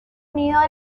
unido